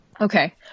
Okay